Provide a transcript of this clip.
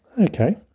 okay